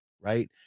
right